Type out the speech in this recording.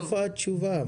איפה התשובה?